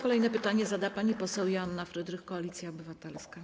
Kolejne pytanie zada pani poseł Joanna Frydrych, Koalicja Obywatelska.